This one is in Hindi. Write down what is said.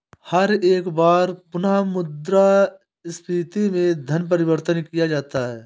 हर एक बार पुनः मुद्रा स्फीती में धन परिवर्तन किया जाता है